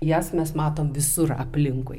jas mes matom visur aplinkui